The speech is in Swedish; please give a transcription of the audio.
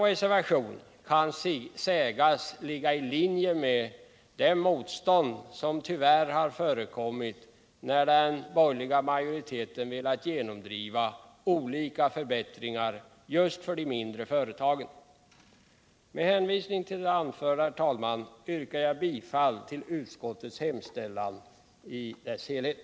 Reservationen kan sägas ligga i linje med det motstånd som tyvärr har förekommit när den borgerliga majoriteten velat genomdriva olika förbättringar just för de mindre företagen. Med hänvisning till det anförda, herr talman, yrkar jag bifall till utskottets hemställan i dess helhet.